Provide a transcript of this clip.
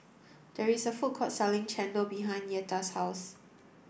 There is a food court selling Chendol behind Yetta's house